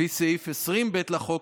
לפי סעיף 20(ב) לחוק,